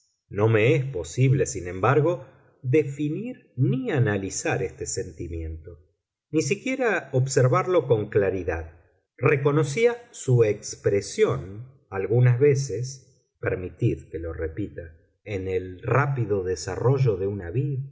no me es posible sin embargo definir ni analizar este sentimiento ni siquiera observarlo con claridad reconocía su expresión algunas veces permitid que lo repita en el rápido desarrollo de una vid